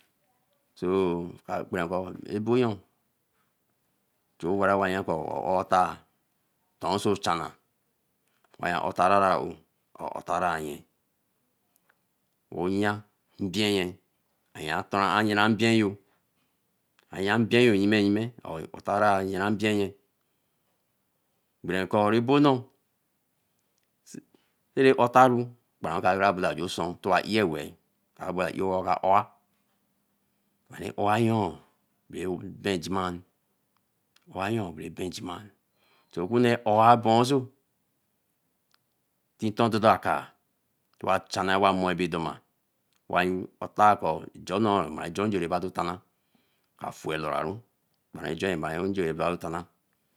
Sõõ ka kpira ko abo nyo nyo wai nya ko aõ o tãa to oso chama mas otarara áo Zola raye noo nya mbie aya lme ru oi olara aye bara be ota ão ka oa Bare oba ju dora aya mbie yo ime aya mbie nye Pro rebo não oso toa ec ota ye we abai dea Da nyo bee jima ani mmo layo be jima chu eku ne da be oso ntito do ba aãka loa la re bai doma wai oda va ko Jo nnão mai jo njei eba to tara afuei loraru bai je bai oni nje baio tara.